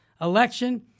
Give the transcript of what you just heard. election